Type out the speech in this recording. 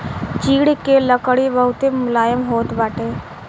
चीड़ के लकड़ी बहुते मुलायम होत बाटे